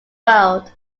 world